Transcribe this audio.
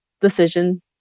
decision